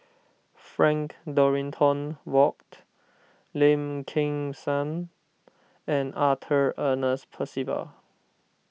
Frank Dorrington Ward Lim Kim San and Arthur Ernest Percival